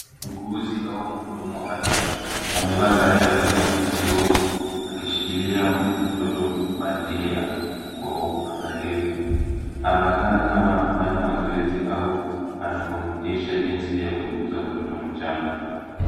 Muuguzi au mhudumu wa afya amevaa sare ya blue na glovu akishikilia mtoto bandia kwa uangalifu. Anaonekana kama anafanya mazoezi au anafundisha jinsi ya kumtunza mtoto mchanga.